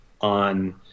on